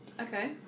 Okay